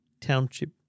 township